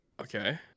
Okay